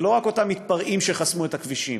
ולא רק אותם מתפרעים שחסמו את הכבישים,